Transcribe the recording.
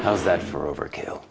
how's that for overkill